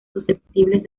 susceptibles